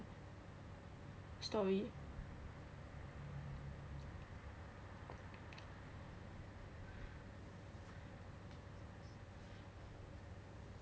story